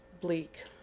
bleak